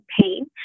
pain